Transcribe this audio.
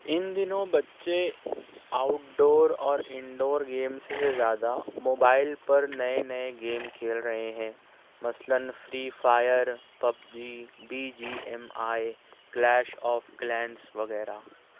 ان دنوں بچے outdoor اور ان ڈور گیمس سے زیادہ موبائل پر نئے نئے گیم کھیل رہے ہیں مثلاً free fire PUBG B G M I clash of clans وغیرہ